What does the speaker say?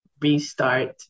restart